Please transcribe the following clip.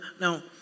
now